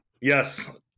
yes